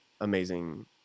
amazing